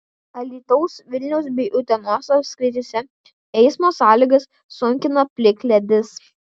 alytaus vilniaus bei utenos apskrityse eismo sąlygas sunkina plikledis